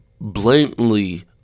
blatantly